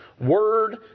word